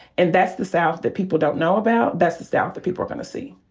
and that's the south that people don't know about. that's the south that people are gonna see.